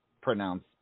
pronounce